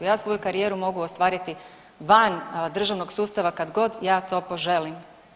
Ja svoju karijeru mogu ostvariti van državnog sustava kada god ja to poželim.